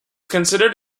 considered